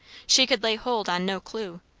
she could lay hold on no clue,